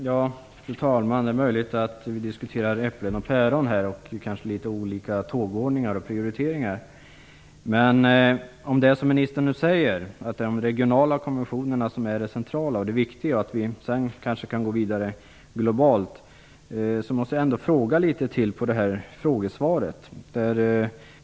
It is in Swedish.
Fru talman! Det är möjligt att vi diskuterar äpplen och päron och kanske litet olika tågordningar och prioriteringar. Men om det är som ministern nu säger, att det är de regionala konventionerna som är det centrala och det viktiga och att vi sedan kanske kan gå vidare globalt, måste jag ändå ställa några frågor om det som står i frågesvaret.